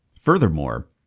Furthermore